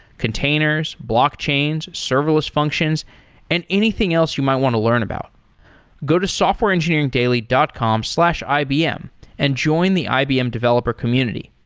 containers, blockchains, serverless functions and anything else you might want to learn about go to softwareengineeringdaily dot com slash ibm and join the ibm developer community.